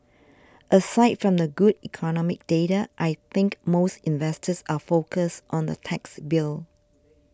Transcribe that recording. aside from the good economic data I think most investors are focused on the tax bill